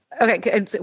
Okay